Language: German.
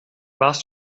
warst